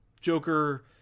Joker